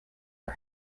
are